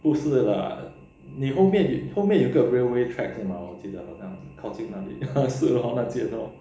不是啦你后面后面有个 railway track 是吗我记得靠近哪里的 是咯那间咯